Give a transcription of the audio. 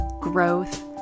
growth